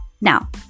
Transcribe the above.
Now